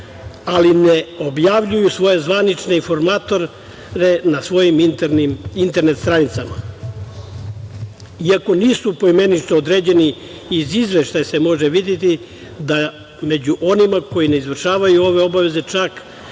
ali i ne objavljuje svoje zvanične informatore na svojim internet stranicama. Iako nisu poimenično određeni, iz izveštaja se može videti da među onima koji ne izvršavaju ove obaveze ima,